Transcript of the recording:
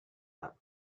app